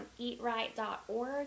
eatright.org